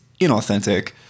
inauthentic